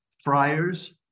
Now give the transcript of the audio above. friars